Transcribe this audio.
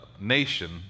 nation